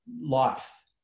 life